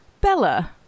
Bella